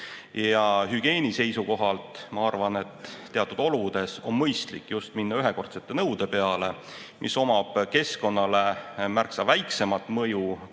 Ja hügieeni seisukohalt, ma arvan, on teatud oludes mõistlik just minna ühekordsete nõude peale. Sel on keskkonnale märksa väiksem mõju kui